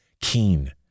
Keen